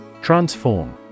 Transform